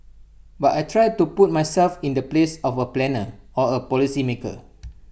but I try to put myself in the place of A planner or A policy maker